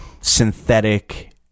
synthetic